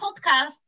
podcast